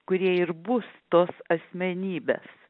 kurie ir bus tos asmenybės